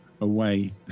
away